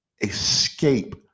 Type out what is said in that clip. Escape